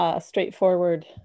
straightforward